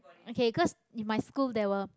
okay 'cause in my school there were